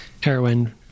heroin